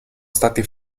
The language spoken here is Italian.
stati